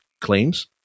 claims